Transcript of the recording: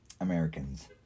Americans